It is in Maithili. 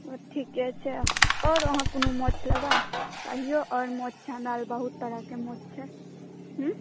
ठीके छै आओर अहाँ कोनो माछ लेबै कहियौ हमरा लेल माछ बहुत तरहके माछ छै हमरा लग छै